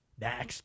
Next